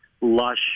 lush